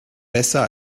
besser